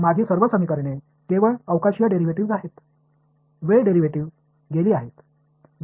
मग माझी सर्व समीकरणे केवळ अवकाशीय डेरिव्हेटिव्ह्ज आहेत वेळ डेरिव्हेटिव्ह्ज गेली आहेत